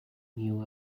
new